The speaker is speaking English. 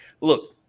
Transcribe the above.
Look